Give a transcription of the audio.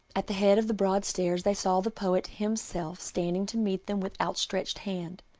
at the head of the broad stairs they saw the poet himself standing to meet them with outstretched hand.